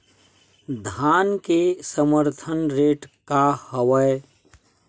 धान के समर्थन रेट का हवाय?